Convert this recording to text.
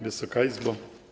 Wysoka Izbo!